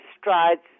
strides